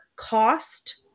cost